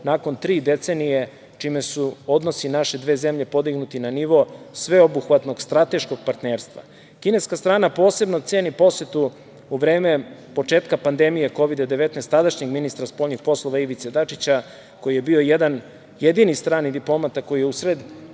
nakon tri decenije, čime su odnosi naše dve zemlje podignuti na nivo sveobuhvatnog strateškog partnerstva. Kineska strana posebno ceni posetu u vreme početka pandemije Kovid-19, tadašnjeg ministra spoljnih poslova Ivice Dačića, koji je bio jedini strani diplomata koji je u sred